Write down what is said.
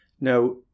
Now